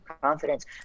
confidence